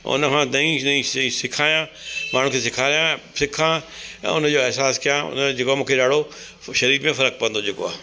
ऐं उन खां नई नई सिखायां माण्हुनि खे सेखारिया सिखा ऐं उनजो अहसास कया उन जो मुखे ॾाढो शरीर में फ़र्क़ु पवंदो जेको आहे